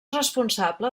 responsable